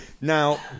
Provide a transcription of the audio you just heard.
Now